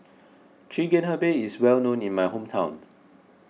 Chigenabe is well known in my hometown